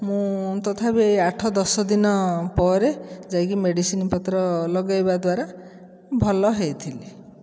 ମୁଁ ତଥାପି ଆଠ ଦଶ ଦିନ ପରେ ଯାଇକି ମେଡ଼ିସିନ ପତ୍ର ଲଗାଇବା ଦ୍ୱାରା ଭଲ ହୋଇଥିଲି